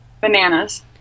Bananas